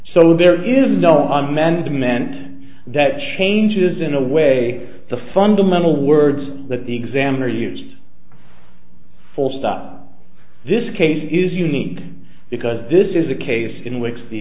so there is no amendment that changes in a way the fundamental words that the examiner used full stop this case is unique because this is a case in which the